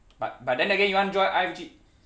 but but then again you want to join I_F_G